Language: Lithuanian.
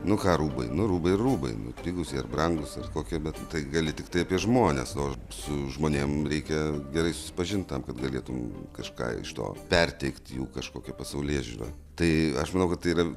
nu ką rūbai nu rūbai yr rūbai nu pigūs jie ar brangūs ar kokie bet tai gali tiktai apie žmones o su žmonėm reikia gerai susipažint tam kad galėtum kažką iš to perteikt jų kažkokią pasaulėžiūrą tai aš manau kad tai yra